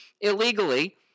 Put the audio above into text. illegally